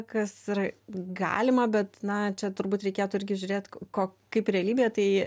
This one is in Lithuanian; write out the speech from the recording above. kas yra galima bet na čia turbūt reikėtų irgi žiūrėt ko kaip realybėje tai